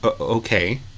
okay